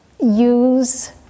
use